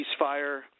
ceasefire